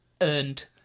Earned